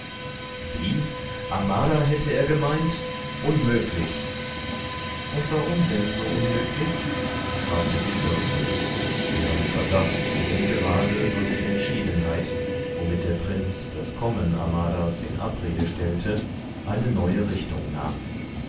wie amara hätte er gemeint unmöglich und warum denn so unmöglich fragte die fürstin deren verdacht nun gerade durch die entschiedenheit womit der prinz das kommen amaras in abrede stellte eine neue richtung nahm